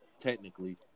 technically